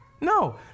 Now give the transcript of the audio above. No